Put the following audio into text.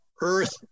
earth